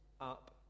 up